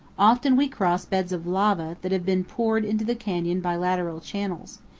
often we cross beds of lava, that have been poured into the canyon by lateral channels,